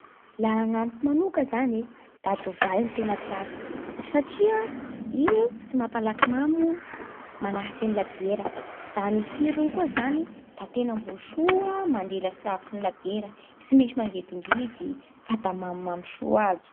Laha agnamiko manoka zany e da dovay no tegna tiako satria io tsy mampalaky mamo magnahaky ny labiera. Da ny tsirony koa zany da tegna mbô soa mandilatsy lavitsy ny labiera: tsy misy mangidingidy fa da mamimamy soa aby.